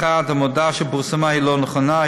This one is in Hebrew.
1. המודעה שפורסמה היא לא נכונה,